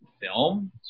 film